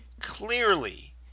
Clearly